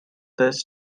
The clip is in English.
this